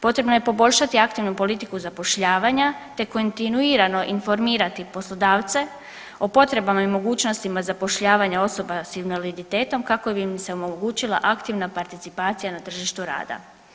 Potrebno je poboljšati aktivnu politiku zapošljavanja, te kontinuirano informirati poslodavce o potrebama i mogućnostima zapošljavanja osoba sa invaliditetom kako bi im se omogućila aktivna participacija na tržištu rada.